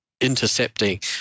intercepting